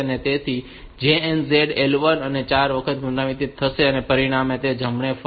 તેથી JNZ L1 આ 4 વખત પુનરાવર્તિત થશે અને પરિણામે તે જમણે ફરશે